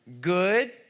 Good